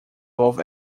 both